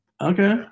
Okay